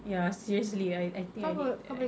ya seriously I I think I need that